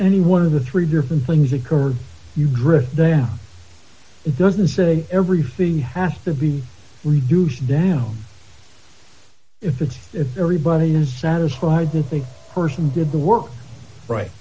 any one of the three different things occur you drill down doesn't say everything he has to be reduced down if everybody is satisfied that the person did the work right